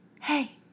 Hey